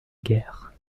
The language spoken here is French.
guerre